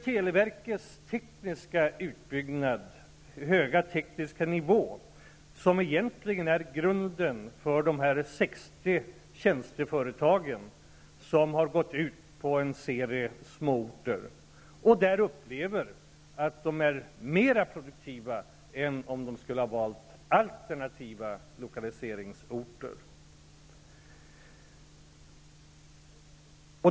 Televerkets höga tekniska nivå är egentligen grunden för de 60 tjänsteföretag som har flyttat ut till en serie småorter och där upplever att de är mera produktiva än om de skulle ha valt alternativa lokaliseringsorter.